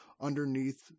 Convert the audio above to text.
underneath